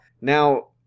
Now